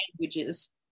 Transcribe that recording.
languages